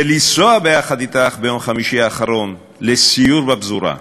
לנסוע יחד אתך ביום חמישי האחרון לסיור בפזורה,